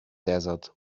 desert